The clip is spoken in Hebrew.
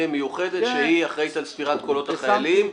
שהיא אחראית על ספירת קולות החיילים?